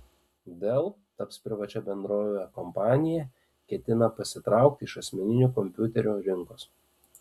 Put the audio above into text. dell taps privačia bendrove kompanija ketina pasitraukti iš asmeninių kompiuterių rinkos